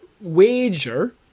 wager